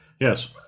yes